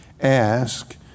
Ask